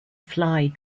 fly